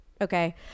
Okay